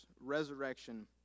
resurrection